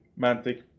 Mantic